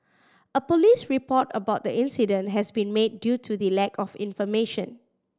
a police report about the incident has been made due to the lack of information